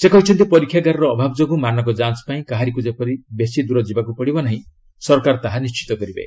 ସେ କହିଛନ୍ତି ପରୀକ୍ଷାଗାରର ଅଭାବ ଯୋଗୁଁ ମାନକ ଯାଞ୍ ପାଇଁ କାହାରିକୁ ଯେପରି ବେଶି ଦୂର ଯିବାକୁ ପଡ଼ିବ ନାହିଁ ସରକାର ତାହା ନିର୍ଣ୍ଣିତ କରିବେ